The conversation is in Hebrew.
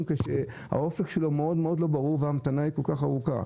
כאשר האופק מאוד מאוד לא ברור וההמתנה כל כך ארוכה?